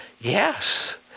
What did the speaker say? Yes